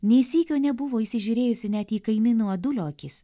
nė sykio nebuvo įsižiūrėjusi net į kaimyno adulio akis